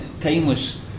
timeless